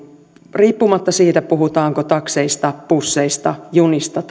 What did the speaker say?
riippumatta siitä puhutaanko takseista busseista junista